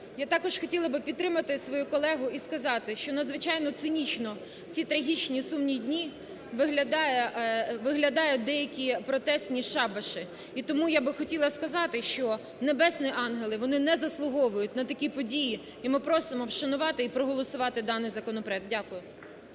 Я також хотіла б підтримати свою колегу і сказати, що надзвичайно цинічно в ці трагічні, сумні дні виглядають деякі протестні шабаші. І тому я хотіла сказати, що небесні ангели, вони не заслуговують на такі події і ми просимо вшанувати і проголосувати даний законопроект. Дякую.